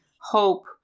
hope